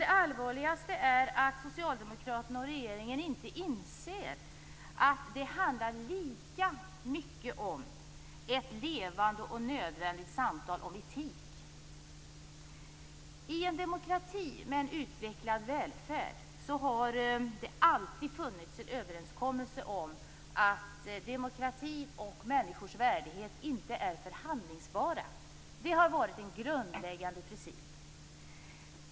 Det allvarligaste är att socialdemokraterna och regeringen inte inser att det lika mycket handlar om ett levande och nödvändigt samtal om etik. I en demokrati med en utvecklad välfärd har det alltid funnits en överenskommelse om att demokrati och människors värdighet inte är förhandlingsbara. Det har varit en grundläggande princip.